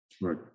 Right